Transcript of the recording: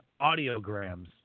audiograms